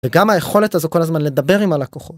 וגם היכולת הזו כל הזמן לדבר עם הלקוחות.